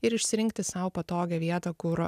ir išsirinkti sau patogią vietą kur